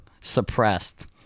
Suppressed